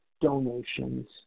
donations